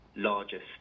largest